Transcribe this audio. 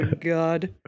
God